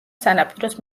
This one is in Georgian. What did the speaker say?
სანაპიროს